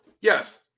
yes